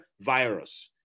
virus